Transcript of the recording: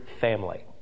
Family